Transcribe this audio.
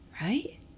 Right